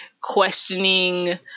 questioning